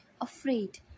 afraid